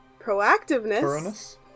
proactiveness